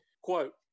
Quote